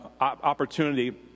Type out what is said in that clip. opportunity